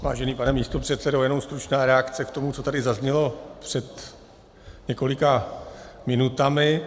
Vážený pane místopředsedo, jenom stručná reakce k tomu, co tady zaznělo před několika minutami.